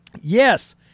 Yes